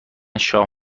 شاه